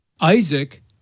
Isaac